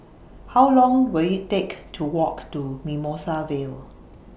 How Long Will IT Take to Walk to Mimosa Vale